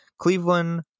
Cleveland